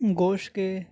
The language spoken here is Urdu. گوشت کے